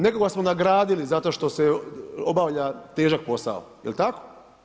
Nekoga smo nagradili zato što se obavlja težak posao, jel tako?